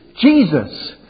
Jesus